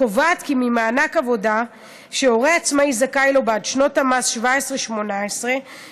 הקובעת כי ממענק העבודה שהורה עצמאי זכאי לו בעד שנות המס 2018-2017 תנוכה